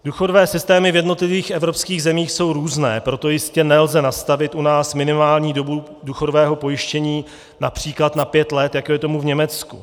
Důchodové systémy v jednotlivých evropských zemích jsou různé, proto jistě nelze nastavit u nás minimální dobu důchodového pojištění například na 5 let, jako je tomu v Německu.